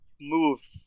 move